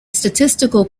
statistical